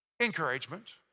Encouragement